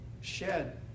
shed